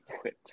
quit